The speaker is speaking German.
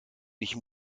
ich